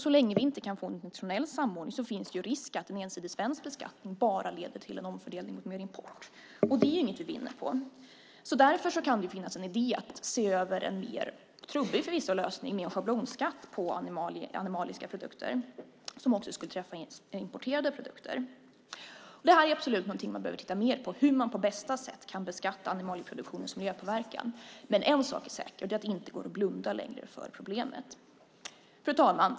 Så länge vi inte kan få någon nationell samordning finns det risk för att en ensidig svensk beskattning bara leder till en omfördelning mot mer import, och det är inget vi vinner på. Därför kan det vara idé att se över en trubbigare lösning med schablonskatt på animaliska produkter, som också skulle träffa importerade produkter. Det här är absolut någonting man behöver titta mer på: hur man på bästa sätt kan beskatta animalieproduktionens miljöpåverkan. Men en sak är säker, och det är att det inte går att blunda längre för problemet. Fru talman!